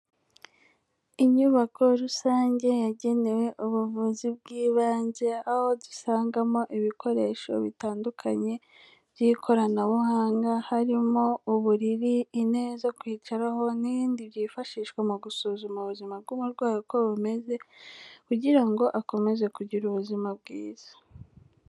Inyubako rusange yagenewe ubuvuzi bw'ibanze, aho dusangamo ibikoresho bitandukanye by'ikoranabuhanga, harimo uburiri, intebe zo kwicaraho n'ibindi byifashishwa mu gusuzuma ubuzima bw'umurwayi uko bumeze kugira ngo akomeze kugira ubuzima bwiza.